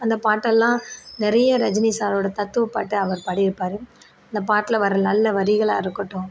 அந்த பாட்டெல்லாம் நிறைய ரஜினி சாரோட தத்துவப்பாட்டு அவர் பாடியிருப்பாரு அந்த பாட்டில் வர நல்ல வரிகளாக இருக்கட்டும்